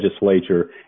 legislature